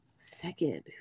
Second